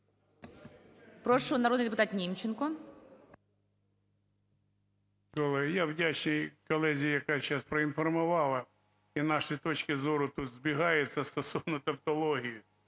1890, народний депутат Німченко.